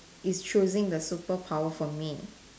is choosing the superpower for me